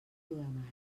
programari